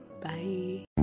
Bye